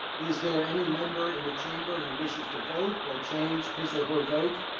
is there any member in the chamber who wishes to vote or change his or her vote?